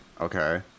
Okay